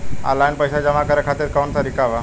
Online पइसा जमा करे खातिर कवन तरीका बा?